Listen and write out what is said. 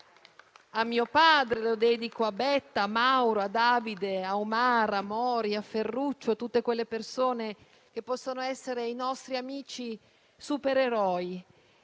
a mio padre, lo dedico a Betta, a Mauro, a Davide, a Omar, a Mori, a Ferruccio e a tutte quelle persone che possono essere i nostri amici supereroi